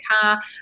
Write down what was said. car